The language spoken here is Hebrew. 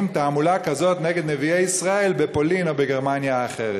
תעמולה כזאת נגד נביאי ישראל בפולין או בגרמניה האחרת?